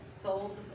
sold